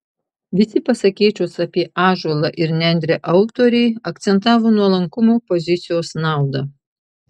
visi pasakėčios apie ąžuolą ir nendrę autoriai akcentavo nuolankumo pozicijos naudą